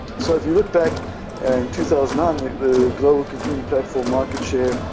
so if you look back and two thousand on, the global computing platform market share,